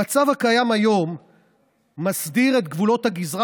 המצב הקיים היום מסדיר את גבולות הגזרה